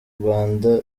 rwanda